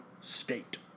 State